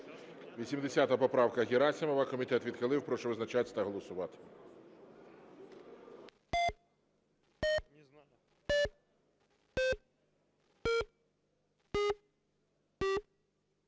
94 поправка Герасимова. Комітетом відхилена. Прошу визначатись та голосувати.